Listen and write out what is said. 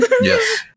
Yes